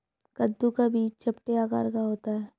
कद्दू का बीज चपटे आकार का होता है